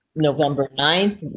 november ninth,